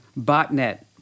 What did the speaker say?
botnet